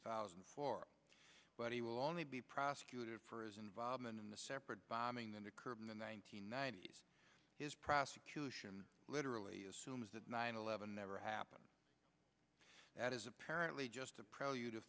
thousand and four but he will only be prosecuted for his involvement in the separate bombing that occurred in the one nine hundred ninety s his prosecution literally assumes that nine eleven never happened that is apparently just a pro you